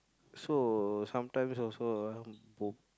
so sometimes also ah